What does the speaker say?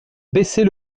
baisser